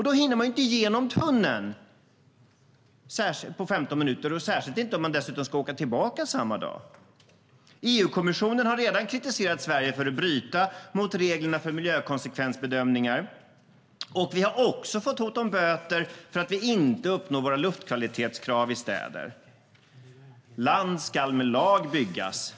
Då hinner man inte igenom tunneln på 15 minuter, särskilt inte om man dessutom ska åka tillbaka samma dag. Land skall med lag byggas.